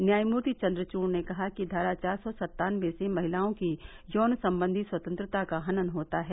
न्यायमूर्ति चन्द्रचूड़ ने कहा कि धारा चार सौ सत्तानवे से महिलाओं की यौन संबंधी स्वतंत्रता का हनन होता है